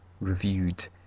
reviewed